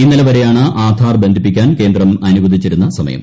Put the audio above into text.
ഇന്നലെ വരെയാണ് ആധാർ ബന്ധിപ്പിക്കാൻ കേന്ദ്രം അനുവദിച്ചിരുന്ന സമയം